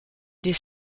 des